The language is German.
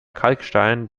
kalkstein